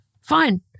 Fine